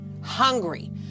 hungry